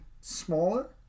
smaller